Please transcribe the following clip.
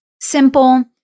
simple